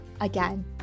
Again